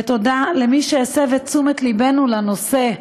ותודה למי שהסב את תשומת לבנו לנושא,